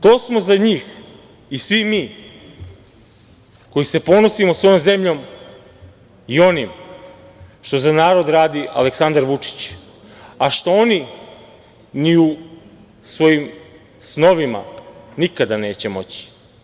To smo za njih i svi mi koji se ponosimo svojom zemljom i onim što za narod radi Aleksandar Vučić, a što oni ni u svojim snovima nikada neće moći.